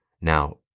Now